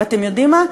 ואתם יודעים מה?